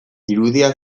irudia